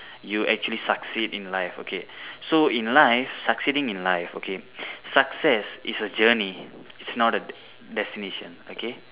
you actually succeed in life okay so in life succeeding in life okay success is a journey it is not a destination okay